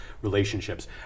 relationships